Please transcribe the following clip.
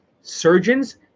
Surgeons